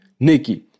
Nikki